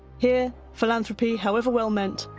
here, philanthropy, however well meant,